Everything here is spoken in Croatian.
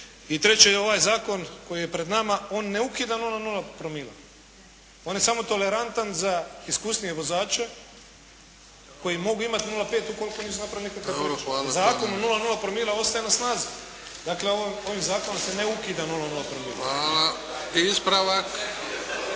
I treće, ovaj zakon koji je pred nama, on ne ukida 0,0 promila. On je samo tolerantan za iskusnije vozače koji mogu imati 0,5 ukoliko nisu napravili nikakav prekršaj. Zakon o 0,0 promila ostaje na snazi. Dakle ovim zakonom se ne ukida 0,0 promila. **Bebić, Luka